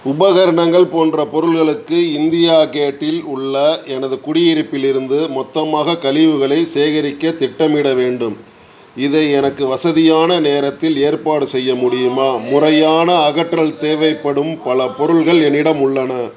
உபகரணங்கள் போன்ற பொருட்களுக்கு இந்தியா கேட்டில் உள்ள எனது குடியிருப்பிலிருந்து மொத்தமாகக் கழிவுகளை சேகரிக்கத் திட்டமிட வேண்டும் இதை எனக்கு வசதியான நேரத்தில் ஏற்பாடு செய்ய முடியுமா முறையான அகற்றல் தேவைப்படும் பல பொருட்கள் என்னிடம் உள்ளன